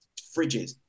fridges